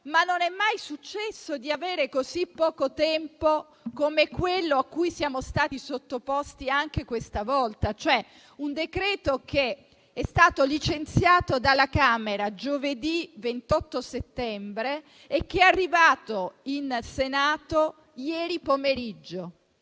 ma non è mai successo di avere così poco tempo come quello che abbiamo avuto questa volta. Questo decreto è stato licenziato dalla Camera giovedì 28 settembre ed è arrivato in Senato ieri pomeriggio.